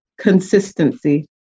consistency